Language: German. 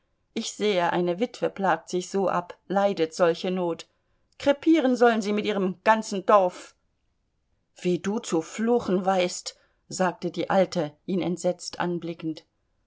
ich sehe eine witwe plagt sich so ab leidet solche not krepieren sollen sie mit ihrem ganzen dorf wie du zu fluchen weißt sagte die alte ihn entsetzt anblickend